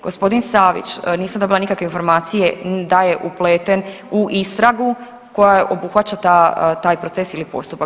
Gospodin Savić nisam dobila nikakve informacije da je upleten u istragu koja obuhvaća taj proces ili postupak.